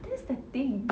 that's the thing